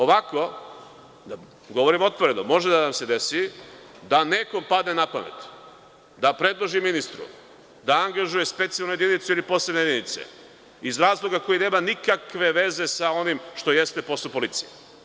Ovako, govorim otvoreno, može da nam se desi da nekom padne na pamet da predloži ministru da angažuje specijalnu jedinicu ili posebne jedinice iz razloga koji nema nikakve veze sa onim što jeste posao policije.